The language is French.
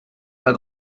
pas